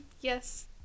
Yes